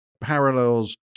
parallels